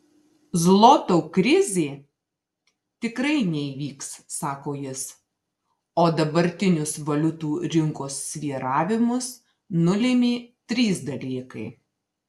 zloto krizė tikrai neįvyks sako jis o dabartinius valiutų rinkos svyravimus nulėmė trys dalykai